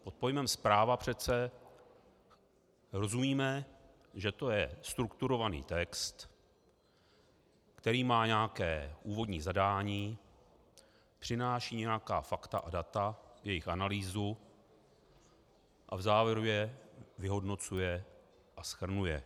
Pod pojmem zpráva přece rozumíme, že to je strukturovaný text, který má nějaké úvodní zadání, přináší nějaká fakta a data, jejich analýzu a v závěru je vyhodnocuje a shrnuje.